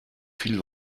viel